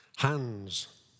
hands